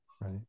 Right